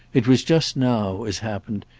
it was just now, as happened,